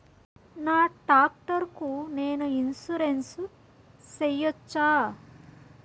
నా టాక్టర్ కు నేను ఇన్సూరెన్సు సేయొచ్చా?